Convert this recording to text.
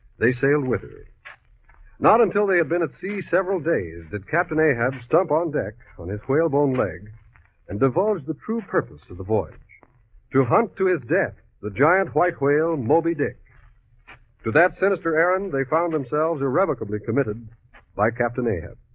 they sailed with it not until they have been at sea several days that captain ahab stumped on deck on his whale bone leg and divulged the proof purpose to the boy to hunt to his death the giant white whale moby dick to that sinister errand they found themselves arabica bleah committed by captain ahab